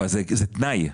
זה תנאי.